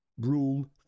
Rule